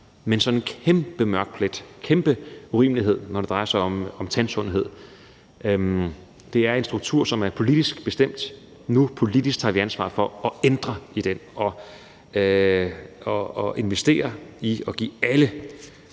altså haft en kæmpe mørk plet, en kæmpe urimelighed, når det drejer sig om tandsundhed. Det er en struktur, der er politisk bestemt, men nu tager vi et politisk ansvar for at ændre den og investere i at give alle